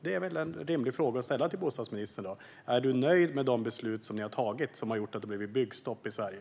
Detta är en rimlig fråga att ställa till bostadsministern: Är du nöjd med de beslut som har ni har tagit och som har gjort att det har blivit ett byggstopp i Sverige?